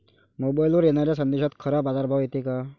मोबाईलवर येनाऱ्या संदेशात खरा बाजारभाव येते का?